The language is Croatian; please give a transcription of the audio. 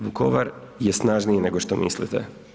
Vukovar je snažniji nego što mislite.